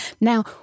Now